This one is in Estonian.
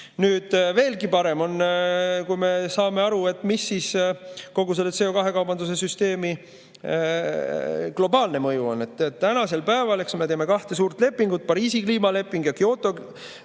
Nüüd, veelgi parem on, kui me saame aru, mis kogu selle CO2‑kaubanduse süsteemi globaalne mõju on. Tänasel päeval, eks, me teame kahte suurt lepingut, Pariisi kliimaleping ja Kyoto leping,